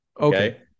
okay